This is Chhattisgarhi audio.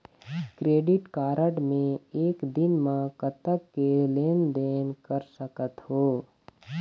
क्रेडिट कारड मे एक दिन म कतक के लेन देन कर सकत हो?